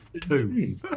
two